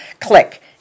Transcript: Click